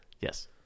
Yes